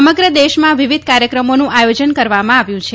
સમગ્ર દેશમાં વિવિધ કાર્યક્રમોનું આયોજન કરવામાં આવ્યું છે